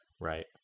Right